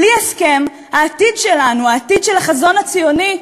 בלי הסכם, העתיד שלנו, העתיד של החזון הציוני,